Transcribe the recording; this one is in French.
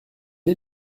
est